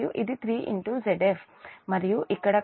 మరియు ఇక్కడ current Ia1 Ia2 Ia0